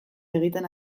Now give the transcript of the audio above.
egiten